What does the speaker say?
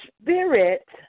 Spirit